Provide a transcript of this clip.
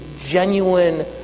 genuine